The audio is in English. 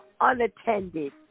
unattended